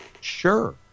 Sure